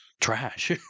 trash